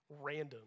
random